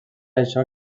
això